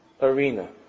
arena